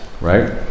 right